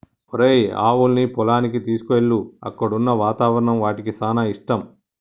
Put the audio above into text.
ఒరేయ్ ఆవులన్నీ పొలానికి తీసుకువెళ్ళు అక్కడున్న వాతావరణం వాటికి సానా ఇష్టం